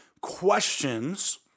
questions